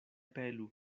pelu